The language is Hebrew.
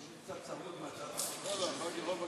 עשר דקות,